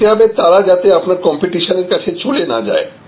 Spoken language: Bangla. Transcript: দেখতে হবে তারা যাতে আপনার কম্পিটিশনের কাছে না চলে যায়